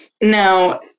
now